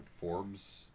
Forbes